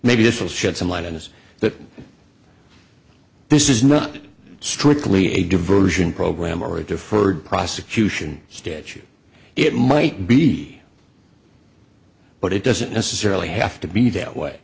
maybe this will shed some light on this that this is not strictly a diversion program or a deferred prosecution statute it might be but it doesn't necessarily have to be that way